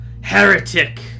heretic